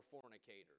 fornicators